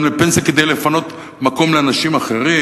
יותר לפנסיה כדי לפנות מקום לאנשים אחרים,